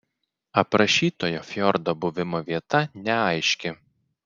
aprašytojo fjordo buvimo vieta neaiški